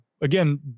again